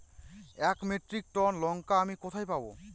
এক metric ton লঙ্কা আমি কোথায় পাবো?